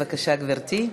בבקשה, גברתי.